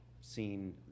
seen